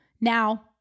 Now